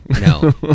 no